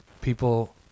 People